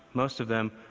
most of them,